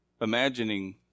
imagining